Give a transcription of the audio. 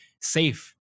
safe